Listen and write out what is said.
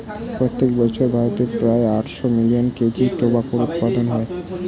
প্রত্যেক বছর ভারতে প্রায় আটশো মিলিয়ন কেজি টোবাকোর উৎপাদন হয়